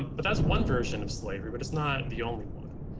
but that's one version of slavery. but it's not the only one.